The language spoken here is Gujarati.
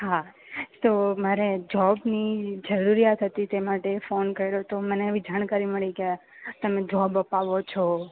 હા તો મારે જોબની જરૂરિયાત હતી તે માટે ફોન કર્યો તો મને એવી જાણકારી મળી કે તમે જોબ અપાવો છો